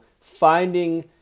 finding